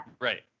Right